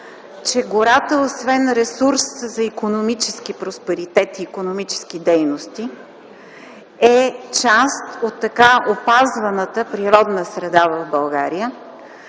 че гората, освен ресурс за икономически просперитет и икономически дейности, е шанс за така опазваната природна среда в България,